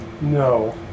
No